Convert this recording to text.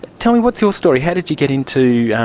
tell me, what's your story, how did you get into, yeah